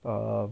err